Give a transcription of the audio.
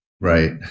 Right